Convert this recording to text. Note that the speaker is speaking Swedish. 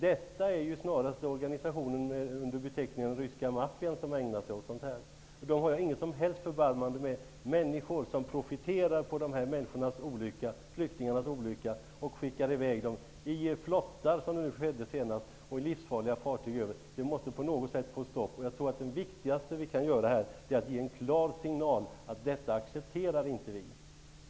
Det är snarast en organisation med beteckningen Ryska maffian som ägnar sig åt sådant här. Den har jag inget som helst förbarmande med. Människor som profiterar på flyktingarnas olycka och skickar i väg dem i flottar, som skedde senast, och i livsfarliga fartyg måste på något sätt stoppas. Jag tror att det viktigaste vi kan göra här är att ge en klar signal om att vi inte accepterar detta.